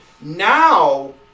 Now